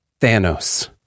Thanos